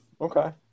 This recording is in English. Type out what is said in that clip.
okay